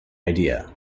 idea